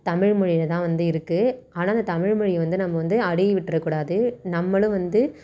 தமிழ்மொழியில்தான் வந்து இருக்குது ஆனால் அந்த தமிழ்மொழியை வந்து நம்ம வந்து அழிய விட்டுட கூடாது நம்மளும் வந்து